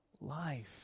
life